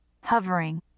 hovering